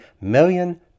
million